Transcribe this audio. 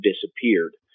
disappeared